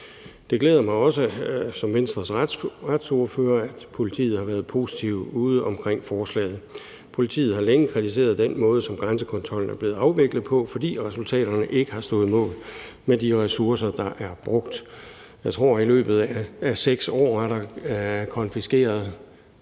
retsordfører, at politiet har været positive i forhold til forslaget. Politiet har længe kritiseret den måde, som grænsekontrollen er blevet afviklet på, fordi resultaterne ikke har stået mål med de ressourcer, der er brugt. Jeg tror, at der i løbet af 6 år er konfiskeret